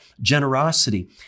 generosity